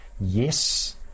yes